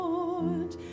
Lord